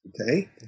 Okay